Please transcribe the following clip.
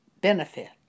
benefit